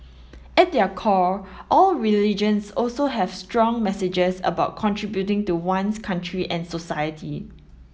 at their core all religions also have strong messages about contributing to one's country and society